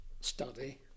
study